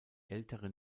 älteren